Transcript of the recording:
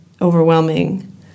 overwhelming